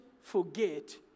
forget